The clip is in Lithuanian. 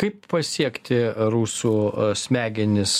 kaip pasiekti rusų smegenis